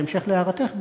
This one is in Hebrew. בהמשך להערתך,